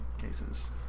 cases